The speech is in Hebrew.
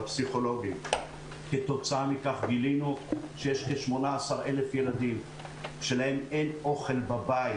גילינו של-18,000 אין אוכל בבית,